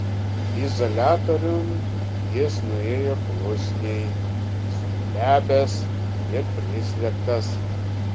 izoliatoriun jis nuėjo klusniai suglebęs ir prislėgtas